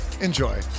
Enjoy